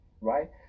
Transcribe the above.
right